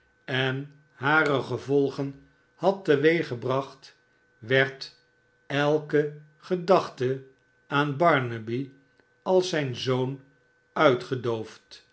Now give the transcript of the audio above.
en hare gevolgen had teweeggebracht werd elke gedachte aan barnaby als zijn zoon uitgedoofd